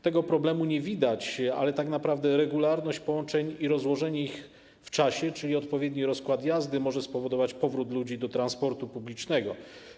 Tego problemu nie widać, ale tak naprawdę regularność połączeń i rozłożenie ich w czasie, czyli odpowiedni rozkład jazdy, mogą spowodować powrót ludzi do transportu publicznego.